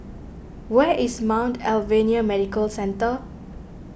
where is Mount Alvernia Medical Centre